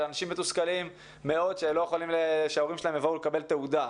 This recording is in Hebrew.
התלמידים מתוסכלים שההורים לא יוכלו לבוא לקבלת התעודות.